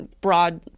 broad